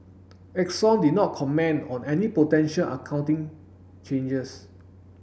Exxon did not comment on any potential accounting changes